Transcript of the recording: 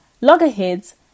Loggerheads